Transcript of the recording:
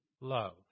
love